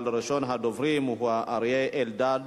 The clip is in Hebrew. אבל ראשון הדוברים הוא אריה אלדד.